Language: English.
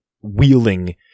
wheeling